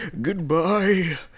Goodbye